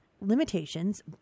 limitations